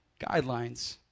guidelines